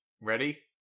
Ready